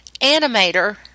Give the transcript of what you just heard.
animator